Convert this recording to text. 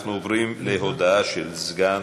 אנחנו עוברים להודעה של סגן